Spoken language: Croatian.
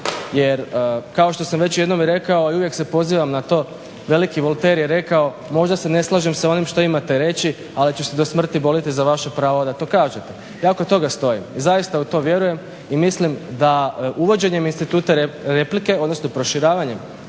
Jer kao što sam već jednom i rekao i uvijek se pozivam na to veliki Volter je rekao: „Možda se ne slažem sa onime što imate reći, ali ću se do smrti boriti za vaše pravo da to kažete.“ Ja kod toga stojim i zaista u to vjerujem i mislim da uvođenjem instituta replike, odnosno proširavanjem